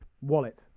Wallet